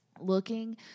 looking